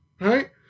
right